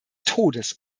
todes